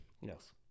Yes